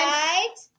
right